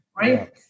right